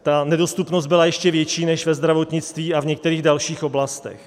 Ta nedostupnost byla ještě větší než ve zdravotnictví a v některých dalších oblastech.